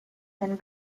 and